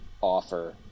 offer